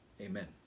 Amen